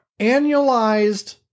annualized